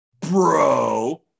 Bro